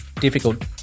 difficult